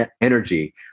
energy